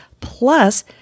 plus